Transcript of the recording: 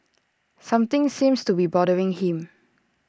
something seems to be bothering him